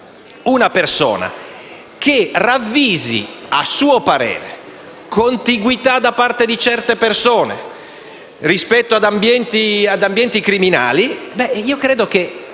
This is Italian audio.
una persona che ravvisi, a suo parere, contiguità da parte di certe persone rispetto ad ambienti criminali, vi sia il